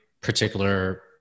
particular